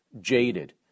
jaded